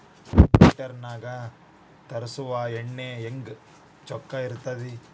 Computer ನಾಗ ತರುಸುವ ಎಣ್ಣಿ ಹೆಂಗ್ ಚೊಕ್ಕ ಇರತ್ತ ರಿ?